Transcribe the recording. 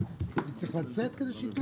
אני צריך לצאת כדי שהיא תוכל לנהל?